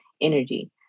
Energy